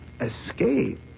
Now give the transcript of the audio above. Escape